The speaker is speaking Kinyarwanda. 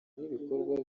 n’ibikorwa